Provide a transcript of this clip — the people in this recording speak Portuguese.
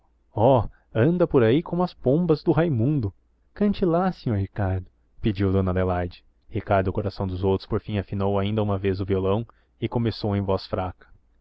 oh anda por aí como as pombas do raimundo cante lá senhor ricardo pediu dona adelaide ricardo coração dos outros por fim afinou ainda uma vez o violão e começou em voz fraca